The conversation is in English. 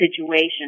situation